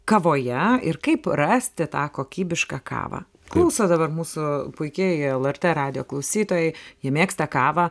kavoje ir kaip rasti tą kokybišką kavą klauso dabar mūsų puikieji lrt radijo klausytojai jie mėgsta kavą